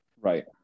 Right